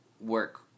work